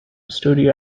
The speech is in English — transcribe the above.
studio